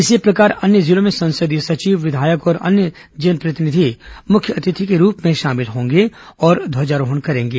इसी प्रकार अन्य जिलों में संसदीय सचिव विधायक और अन्य जनप्रतिनिधि मुख्य अतिथि के रूप में शामिल होंगे और ध्वजारोहण करेंगे